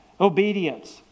obedience